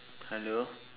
hello